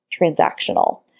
transactional